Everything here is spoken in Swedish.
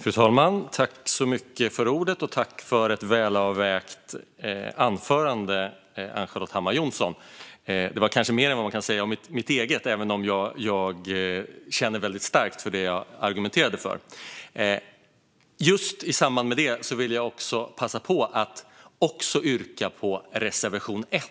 Fru talman! Jag tackar Ann-Charlotte Hammar Johnsson för ett välavvägt anförande. Det är kanske mer än vad man kan säga om mitt eget anförande, även om jag känner starkt för det jag argumenterade för. Jag vill passa på att yrka bifall till reservation 1,